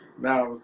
Now